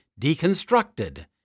deconstructed